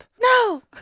No